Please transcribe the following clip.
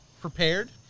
prepared